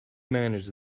manage